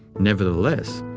nevertheless,